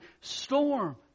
storm